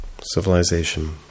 Civilization